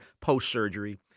post-surgery